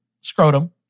scrotum